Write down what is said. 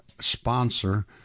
sponsor